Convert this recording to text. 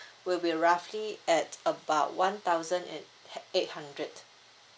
will be roughly at about one thousand and eight hundred